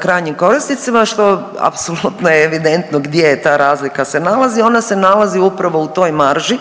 krajnjim korisnicima, što apsolutno je evidentno gdje je ta razlika se nalazi, ona se nalazi upravo u toj marži